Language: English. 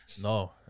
No